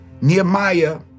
Nehemiah